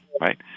right